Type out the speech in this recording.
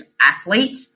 athlete